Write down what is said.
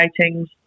ratings